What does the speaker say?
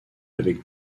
avec